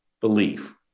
belief